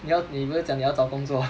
你要你没有讲你要找工作